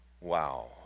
Wow